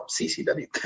CCW